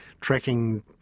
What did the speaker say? tracking